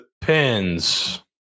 depends